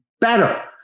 better